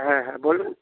হ্যাঁ হ্যাঁ বলুন